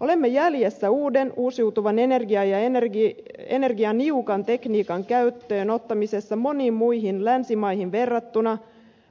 olemme jäljessä uuden uusiutuvan energian ja energianiukan tekniikan käyttöön ottamisessa moniin muihin länsimaihin verrattuna